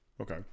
Okay